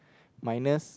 minus